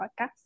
podcast